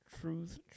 Truth